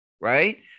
right